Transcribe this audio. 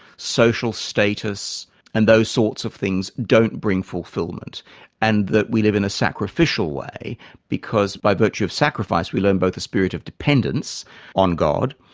social status and those sorts of things, don't bring fulfilment and that we live in a sacrificial way because by virtue of sacrifice, we learn both the spirit of dependence on god,